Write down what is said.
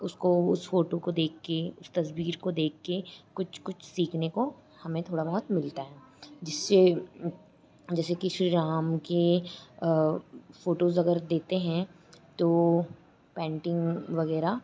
उसको उस फ़ोटू को देखकर उस तस्वीर को देखकर कुछ कुछ सीखने को हमें थोड़ा बहुत मिलता है जिससे जैसे कि श्री राम की फ़ोटोज़ अगर देते हैं तो पैन्टिंग वग़ैरह